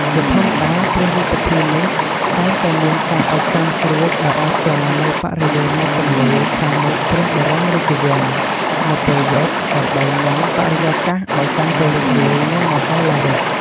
ជាធម្មតា ព្រះរាជពិធីនេះតែងតែមានការអុជកាំជ្រួចដ៏អស្ចារ្យនៅបរិវេណមាត់ទន្លេខាងមុខព្រះបរមរាជវាំងនៅពេលយប់ ដើម្បីញ៉ាំងបរិយាកាសឱ្យកាន់តែរីករាយ និងមហោឡារិក។